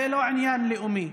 זה לא עניין לאומי.